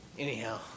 Anyhow